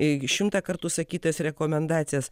irgi šimtą kartų sakytas rekomendacijas